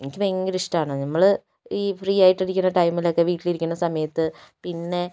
എനിക്ക് ഭയങ്കര ഇഷ്ട്ടാണ് നമ്മള് ഈ ഫ്രീ ആയിട്ടിരിക്കുന്ന ടൈമിൽ ഒക്കെ വീട്ടിലിരിക്കുന്ന സമയത്ത് പിന്നെ